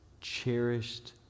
cherished